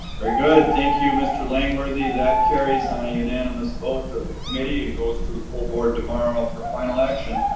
very good, thank you mr. langworthy. that carries on a unanimous vote of the committee and goes to the full board tomorrow for final action.